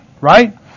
right